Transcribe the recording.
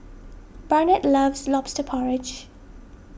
Barnett loves Lobster Porridge